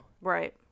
Right